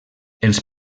els